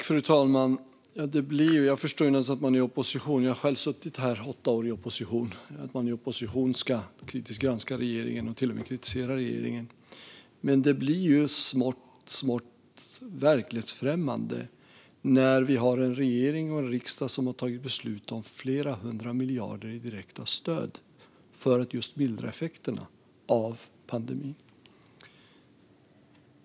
Fru talman! Jag förstår David Josefsson som är i opposition. Jag har själv suttit här i opposition i åtta år. Då ska man kritiskt granska regeringen och till och med kritisera regeringen. Men detta blir smått verklighetsfrämmande när vi har en regering och en riksdag som har tagit beslut om flera hundra miljarder i direkta stöd just för att mildra effekterna av pandemin.